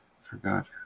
forgot